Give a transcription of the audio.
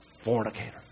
fornicator